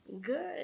good